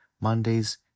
Mondays